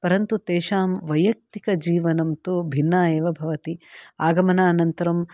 परन्तु तेषां वैयक्तिकजीवनं तु भिन्ना एव भवति आगमनानन्तरं